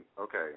okay